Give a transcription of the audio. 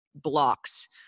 blocks